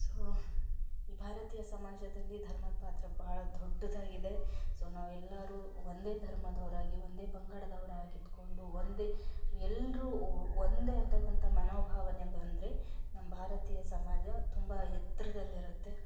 so ಈ ಭಾರತೀಯ ಸಮಾಜದಲ್ಲಿ ಧರ್ಮದ ಪಾತ್ರ ಭಾಳ ದೊಡ್ಡದಾಗಿದೆ ಸೊ ನಾವು ಎಲ್ಲರೂ ಒಂದೇ ಧರ್ಮದವರಾಗಿ ಒಂದೇ ಪಂಗಡದವರಾಗಿದ್ಕೊಂಡು ಒಂದೇ ಎಲ್ಲರೂ ಒಂದೇ ಅಂತಕ್ಕಂಥ ಮನೋಭಾವನೆ ಬಂದರೆ ನಮ್ಮ ಭಾರತೀಯ ಸಮಾಜ ತುಂಬ ಎತ್ತರದಲ್ಲಿರುತ್ತೆ